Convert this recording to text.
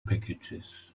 packages